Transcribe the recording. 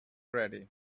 ready